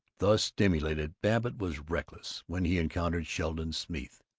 thus stimulated, babbitt was reckless when he encountered sheldon smeeth,